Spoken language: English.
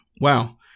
wow